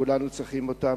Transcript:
שכולנו צריכים אותם.